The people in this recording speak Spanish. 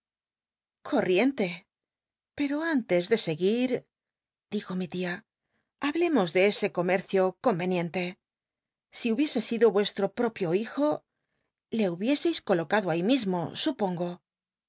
pero antes de seguir dijo mi tia hablemos de ese comercio conycnicnlc si hubiese sido ucsho propio hijo le hubieseis colocado ahí mismo supongo